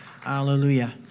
Hallelujah